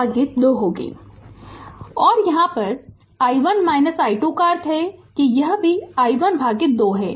Refer Slide Time 1337 और यहाँ i1 i2 का अर्थ है कि यह भी i1 भागित 2 है